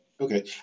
Okay